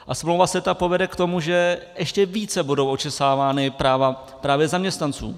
A smlouva CETA povede k tomu, že ještě více budou očesávána práva právě zaměstnanců.